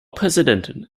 präsidentin